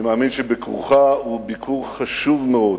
אני מאמין שביקורך הוא ביקור חשוב מאוד